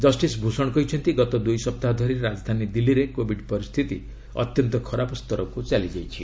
justice Bhushan କହିଛନ୍ତି ଗତ ଦୁଇ ସପ୍ତାହ ଧରି ରାଜଧାନୀ ଦିଲ୍ଲୀରେ କୋବିଡ୍ ପରିସ୍ଥିତି ଅତ୍ୟନ୍ତ ଖରାପ ସ୍ତରକୁ ଚାଲିଯାଇଛି